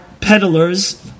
peddlers